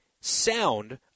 Sound-